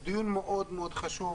זה דיון מאוד מאוד חשוב.